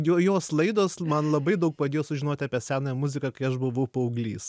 dėl jos laidos man labai daug padėjo sužinot apie senąją muziką kai aš buvau paauglys